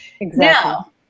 Now